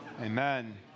Amen